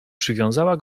przywiązała